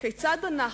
כיצד אנחנו,